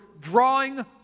drawing